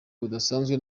budasanzwe